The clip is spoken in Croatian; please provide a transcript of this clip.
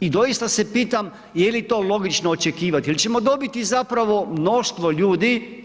I doista se pitam je li to logično očekivati jer ćemo dobiti zapravo mnoštvo ljudi